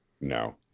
no